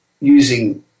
using